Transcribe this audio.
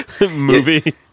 movie